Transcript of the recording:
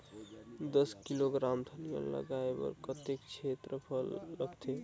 दस किलोग्राम धनिया लगाय बर कतेक क्षेत्रफल लगथे?